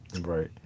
Right